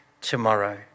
tomorrow